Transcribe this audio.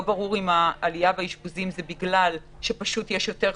לא ברור אם העלייה באשפוזים היא בגלל שפשוט יש יותר חולים,